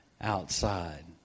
outside